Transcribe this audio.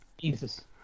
Jesus